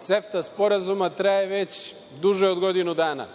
CEFTA sporazuma traje već duže od godinu dana.